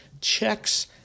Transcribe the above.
checks